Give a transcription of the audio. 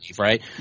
right